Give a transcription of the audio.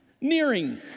nearing